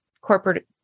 corporate